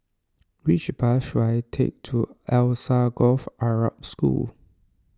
which bus should I take to Alsagoff Arab School